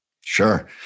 Sure